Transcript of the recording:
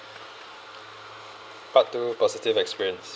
part two positive experience